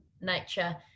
nature